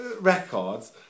records